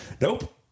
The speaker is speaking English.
Nope